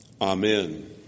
Amen